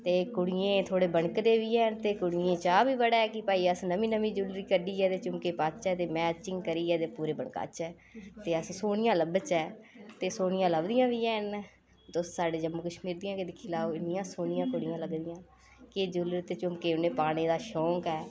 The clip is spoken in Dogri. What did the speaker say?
ते कुड़ियें थोह्ड़े बनकदे बी हैन ते कुड़ियें गी चाऽ बी बड़ा ऐ कि असें नमीं नमीं ज्वेलरी कड्ढी ऐ ते झुमके पाचै ते मैचिंग करियै ते पूरे बनकाचै ते अस सोह्नियां लब्भचै ते सेह्नियां लब्भदियां बी हैन तुस साढ़े जम्मू कश्मीर दियां गै दिक्खी लैओ इन्नियां सोह्नियां कुड़ियां लगदियां के ज्वेलरी ते झुमके उनें पाने दा शौंक ऐ